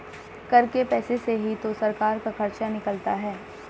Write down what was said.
कर के पैसे से ही तो सरकार का खर्चा निकलता है